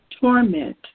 torment